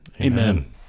amen